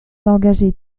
d’engager